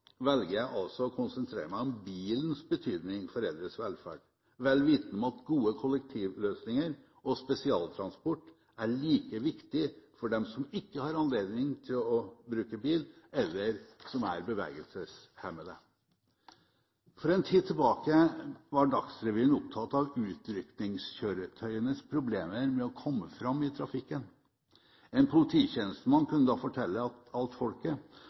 velger jeg altså å konsentrere meg om bilens betydning for eldres velferd, vel vitende om at gode kollektivløsninger og spesialtransport er like viktig for dem som ikke har anledning til å bruke bil, eller som er bevegelseshemmede. For en tid tilbake var Dagsrevyen opptatt av utrykningskjøretøyenes problemer med å komme fram i trafikken. En polititjenestemann kunne da fortelle alt folket